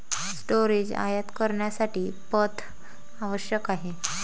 storage आयात करण्यासाठी पथ आवश्यक आहे